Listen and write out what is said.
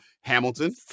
Hamilton